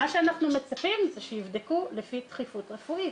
מצפים שיבדקו לפי דחיפות רפואית.